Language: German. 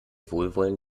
wohlwollen